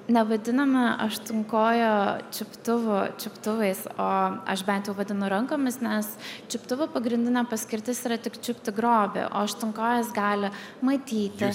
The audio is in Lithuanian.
nevadiname aštunkojo čiuptuvų čiuptuvais o aš bent jau vadinu rankomis nes čiuptuvų pagrindinė paskirtis yra tik čiupti grobį o aštunkojis gali matyti